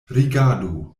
rigardu